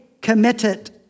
committed